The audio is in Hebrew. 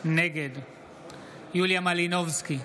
נגד יוליה מלינובסקי,